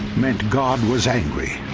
meant god was angry